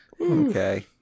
Okay